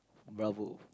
bravo